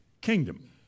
kingdom